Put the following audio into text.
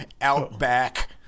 outback